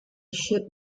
ship